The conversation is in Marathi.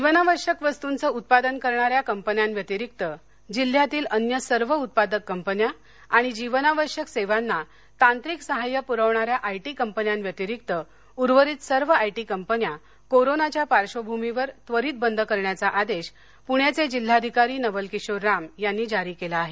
जीवनावश्यक वस्तूंचे उत्पादन करणाऱ्या कंपन्यांव्यतिरिक्त जिल्ह्यातील अन्य सर्व उत्पादक कंपन्या आणि जीवनावश्यक सेवांना तांत्रिक सहाय्य पुरवणाऱ्या आय टी कंपन्यां व्यतिरिक्त असलेल्या उर्वरित सर्व आय टी कंपन्या कोरोनाच्या पार्श्वभूमीवर त्वरित बंद करण्याचा आदेश पुण्याचे जिल्हाधिकारी नवल किशोर राम यांनी जारी केला आहे